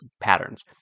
patterns